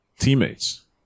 teammates